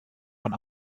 von